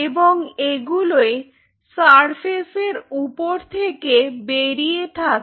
এবং এগুলোই সারফেসের উপর থেকে বেরিয়ে থাকে